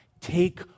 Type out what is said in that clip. Take